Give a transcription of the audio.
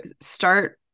start